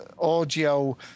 audio